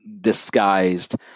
disguised